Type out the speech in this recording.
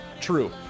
true